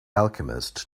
alchemist